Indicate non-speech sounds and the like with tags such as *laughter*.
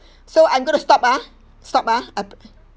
*breath* so I'm going to stop ah stop ah I